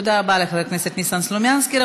תודה רבה לחבר הכנסת ניסן סלומינסקי.